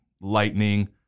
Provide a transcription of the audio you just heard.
lightning